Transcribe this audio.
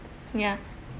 ya